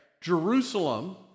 Jerusalem